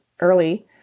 early